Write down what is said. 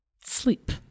sleep